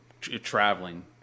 traveling